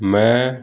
ਮੈਂ